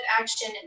action